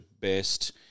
best